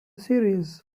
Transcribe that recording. series